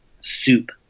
soup